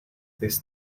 this